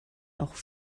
auch